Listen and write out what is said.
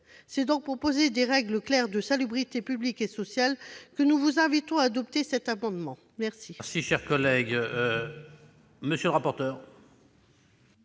C'est donc pour poser des règles claires de salubrité publique et sociale que nous vous invitons à adopter cet amendement. Quel